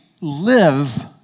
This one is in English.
live